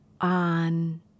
on